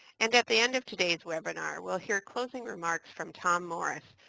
and at the end of today's webinar we'll hear closing remarks from tom morris,